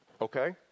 Okay